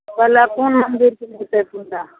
पहिले कोन मन्दिरपर हेतै पूजा